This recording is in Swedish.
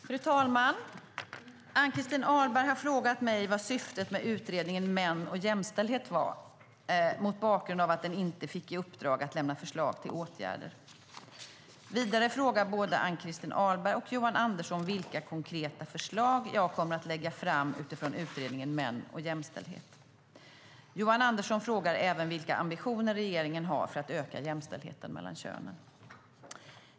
Fru talman! Ann-Christin Ahlberg har frågat mig vad syftet med Utredningen om män och jämställdhet var, mot bakgrund av att den inte fick i uppdrag att lämna förslag till åtgärder. Vidare frågar både Ann-Christin Ahlberg och Johan Andersson vilka konkreta förslag jag kommer att lägga fram utifrån utredningen Män och jämställdhet . Johan Andersson frågar även vilka ambitioner regeringen har för att öka jämställdheten mellan könen.